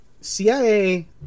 CIA